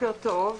בוקר טוב.